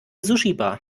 sushibar